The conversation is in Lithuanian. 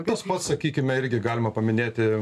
tas pats sakykime irgi galima paminėti